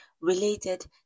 related